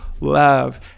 love